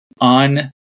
on